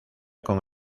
con